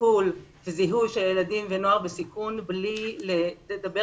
טיפול וזיהוי ילדים ונוער בסיכון בלי לדבר